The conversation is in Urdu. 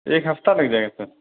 ایک ہفتہ لگ جائے گا سر